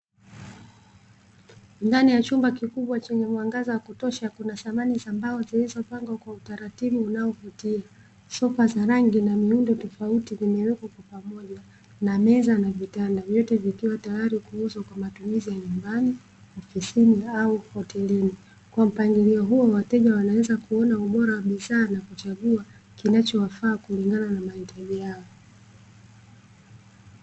Ndani ya chumba kikubwa chenye mwangaza wa kutosha kuna samani za mbao zilizopangwa kwa utaratibu unaovutia. Sofa za rangi na miundo tofauti zimewekwa kwa pamoja, na meza na vitanda, vyote vikiwa tayari kuuzwa kwa matumizi ya nyumbani, ofisini, au hotelini. Kwa mpangilio huo wateja wanaweza kuona ubora wa bidhaa na kuchagua kinachowafaa kulingana na mahitaji yao.